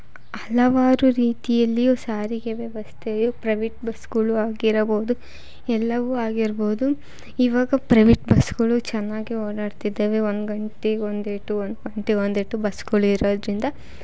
ಹಲವಾರು ರೀತಿಯಲ್ಲಿಯು ಸಾರಿಗೆ ವ್ಯವಸ್ಥೆಯು ಪ್ರವೇಟ್ ಬಸ್ಗಳು ಆಗಿರಬಹುದು ಎಲ್ಲವೂ ಆಗಿರ್ಬೋದು ಇವಾಗ ಪ್ರವೇಟ್ ಬಸ್ಗಳು ಚೆನ್ನಾಗೇ ಓಡಾಡ್ತಿದ್ದಾವೆ ಒಂದು ಗಂಟೆಗೆ ಒಂದೇಟು ಒಂದು ಗಂಟೆಗೆ ಒಂದೇಟು ಬಸ್ಗಳು ಇರೋದರಿಂದ